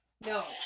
No